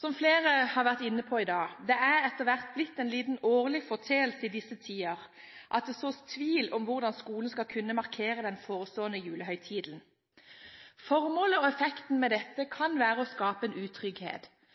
Som flere har vært inne på i dag: Det er etter hvert blitt en liten årlig foreteelse i disse tider at det sås tvil om hvordan skolen skal kunne markere den forestående julehøytiden. Formålet og effekten med dette kan være å skape en utrygghet,